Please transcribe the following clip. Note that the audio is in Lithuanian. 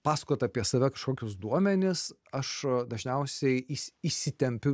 pasakot apie save kažkokius duomenis aš dažniausiai įs įsitempiu